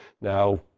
Now